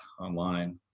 online